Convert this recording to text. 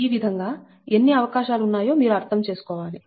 ఈ విధంగా ఎన్ని అవకాశాలు ఉన్నాయో మీరు అర్థం చేసుకోవాలి